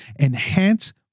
enhance